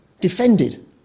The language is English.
defended